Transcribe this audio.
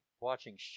watching